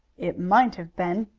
it might have been,